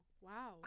Wow